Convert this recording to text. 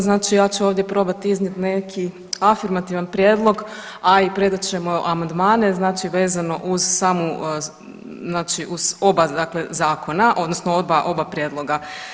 Znači ja ću ovdje probat iznijet neki afirmativan predmet, a i predat ćemo amandmane znači vezano uz samu znači uz oba dakle zakona odnosno oba, oba prijedloga.